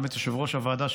וגם את יושב-ראש הוועדה,